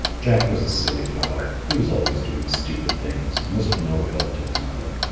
jack was a silly fellow he was always doing stupid things and was of no help to his mother,